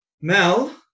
Mel